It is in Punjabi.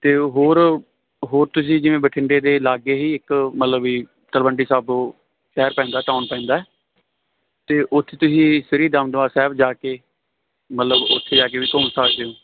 ਅਤੇ ਹੋਰ ਹੋਰ ਤੁਸੀਂ ਜਿਵੇਂ ਬਠਿੰਡੇ ਦੇ ਲਾਗੇ ਹੀ ਇੱਕ ਮਤਲਬ ਵੀ ਤਲਵੰਡੀ ਸਾਬੋ ਸ਼ਹਿਰ ਪੈਂਦਾ ਟਾਊਨ ਪੈਂਦਾ ਅਤੇ ਉੱਥੇ ਤੁਸੀਂ ਸ੍ਰੀ ਦਮਦਮਾ ਸਾਹਿਬ ਜਾ ਕੇ ਮਤਲਬ ਉੱਥੇ ਜਾ ਕੇ ਘੁੰਮ ਸਕਦੇ ਹੋ